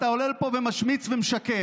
אתה עולה לפה ומשמיץ ומשקר.